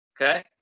Okay